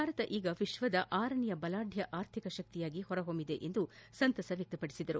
ಭಾರತ ಈಗ ವಿಶ್ವದ ಆರನೇಯ ಬಲಾಢ್ಣ ಆರ್ಥಿಕ ಶಕ್ತಿಯಾಗಿ ಹೊರಹೊಮ್ಬಿದೆ ಎಂದು ಸಂತಸ ವ್ಯಕ್ತಪಡಿಸಿದರು